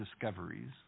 discoveries